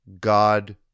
God